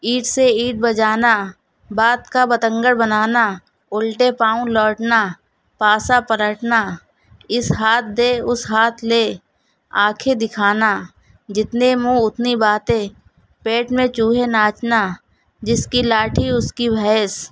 اینٹ سے اینٹ بجانا بات کا بتنگڑ بنانا الٹے پاؤں لوٹنا پاشا پلٹنا اس ہاتھ دے اس ہاتھ لے آنکھیں دکھانا جتنے منھ اتنی باتیں پیٹ میں چوہے ناچنا جس کی لاٹھی اس کی بھینس